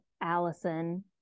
allison